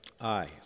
Aye